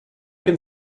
can